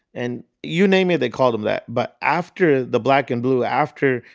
and you name it, they called em that. but after the black and blue, after,